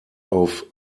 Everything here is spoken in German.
auf